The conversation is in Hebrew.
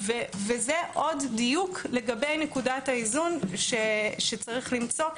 זה עוד דיוק לגבי נקודת האיזון שצריך למצוא,